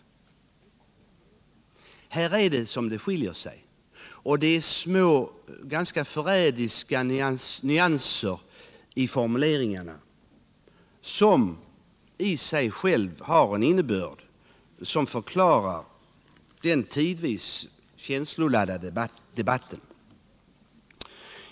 Här är det som det skiljer sig. Och det är små, ganska förrädiska nyanser i formuleringarna som i sig själva har en innebörd som förklarar den tidvis känsloladdade debatten.